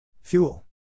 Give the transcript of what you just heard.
Fuel